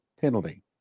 penalty